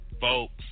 Folks